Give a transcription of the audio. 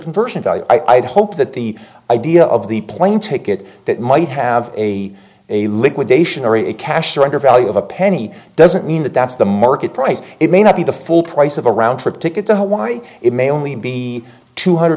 conversions i hope that the idea of the plane ticket that might have a a liquidation or a cash under value of a penny doesn't mean that that's the market price it may not be the full price of a round trip ticket to hawaii it may only be two hundred